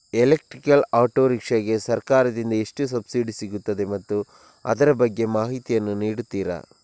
Electrical auto rickshaw ಗೆ ಸರ್ಕಾರ ದಿಂದ ಎಷ್ಟು ಸಬ್ಸಿಡಿ ಸಿಗುತ್ತದೆ ಮತ್ತು ಅದರ ಬಗ್ಗೆ ಮಾಹಿತಿ ಯನ್ನು ನೀಡುತೀರಾ?